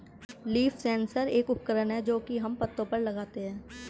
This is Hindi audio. लीफ सेंसर एक उपकरण है जो की हम पत्तो पर लगाते है